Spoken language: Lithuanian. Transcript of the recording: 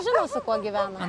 žino su kuo gyvena